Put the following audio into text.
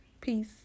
Peace